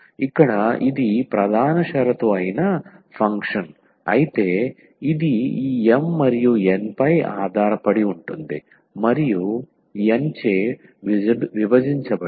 ఇక్కడ ఇది ప్రధాన షరతు అయిన ఫంక్షన్ అయితే ఇది ఈ M మరియు N పై ఆధారపడి ఉంటుంది మరియు N చే విభజించబడింది